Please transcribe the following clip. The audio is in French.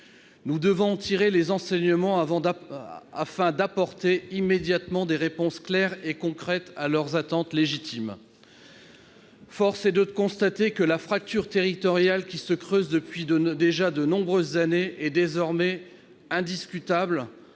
Nous devons en tirer les enseignements, afin d'apporter immédiatement des réponses claires et concrètes à leurs attentes légitimes. Force est de constater que la fracture territoriale qui se creuse depuis déjà de nombreuses années est désormais indiscutable.